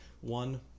one